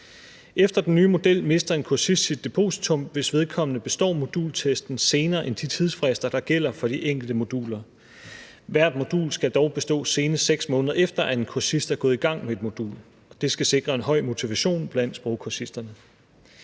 Efter den nye model mister en kursist sit depositum, hvis vedkommende består modultesten senere end de tidsfrister, der gælder for de enkelte moduler. Hvert modul skal dog bestås, senest 6 måneder efter at en kursist er gået i gang med det. Det skal sikre en høj motivation blandt sprogkursisterne.